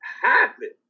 happen